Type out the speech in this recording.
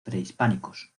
prehispánicos